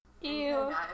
Ew